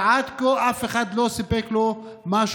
ועד כה אף אחד לא סיפק לו משהו,